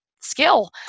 skill